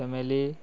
family